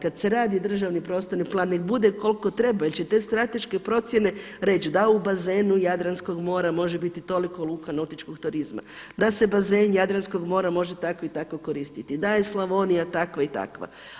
Kada se radi državni prostorni plan, neka bude koliko treba jer će te strateške procjene reći da u bazenu Jadranskog mora može biti toliko luka nautičkog turizma, da se bazen Jadranskog mora može tako i tako koristiti, da je Slavonija takva i takva.